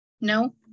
No